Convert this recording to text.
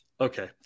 okay